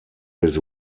his